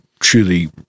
truly